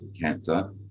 cancer